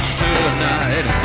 tonight